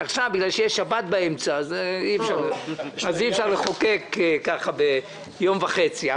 עכשיו בגלל שיש שבת באמצע אז אי אפשר לחוקק ביום וחצי.